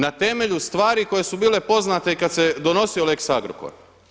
Na temelju stvari koje su bile poznate i kada se donosio lex Agrokor.